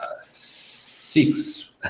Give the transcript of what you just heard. six